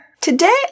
Today